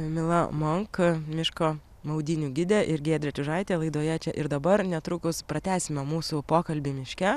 mila monk miško maudynių gidė ir giedrė čiužaitė laidoje čia ir dabar netrukus pratęsime mūsų pokalbį miške